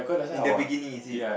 in the beginning is it